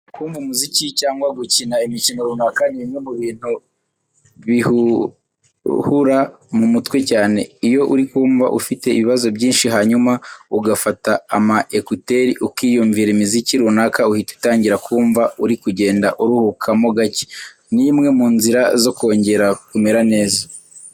Kumva umuziki cyangwa gukina imikino runaka ni bimwe mu bintu biruhura mu mutwe cyane. Iyo uri kumva ufite ibibazo byinshi hanyuma ugafata ama ekuteri ukiyumvira imiziki runaka uhita utangira kumva uri kugenda uruhukamo gake. Ni imwe mu nzira zo kongera kumera neza.